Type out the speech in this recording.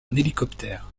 hélicoptère